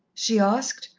she asked,